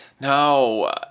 No